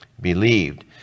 believed